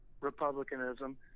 republicanism